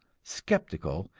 skeptical,